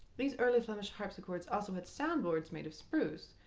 these early flemish harpsichords also had soundboards made of spruce,